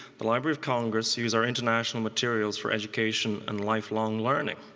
the library of congress, use our international materials for education and lifelong learning.